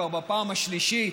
כבר בפעם השלישית,